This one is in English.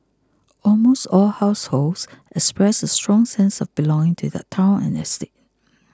almost all households expressed a strong sense of belonging to their town and estate